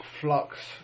flux